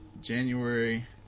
January